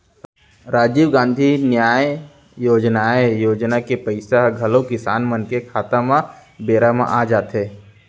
राजीव गांधी न्याय योजनाए योजना के पइसा ह घलौ किसान मन के खाता म बेरा म आ जाथे